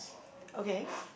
okay